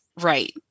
Right